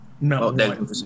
No